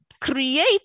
Create